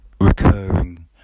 Recurring